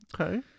Okay